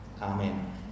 Amen